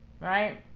right